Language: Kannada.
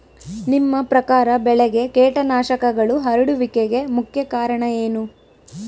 ನಿಮ್ಮ ಪ್ರಕಾರ ಬೆಳೆಗೆ ಕೇಟನಾಶಕಗಳು ಹರಡುವಿಕೆಗೆ ಮುಖ್ಯ ಕಾರಣ ಏನು?